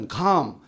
come